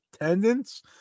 attendance